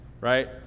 right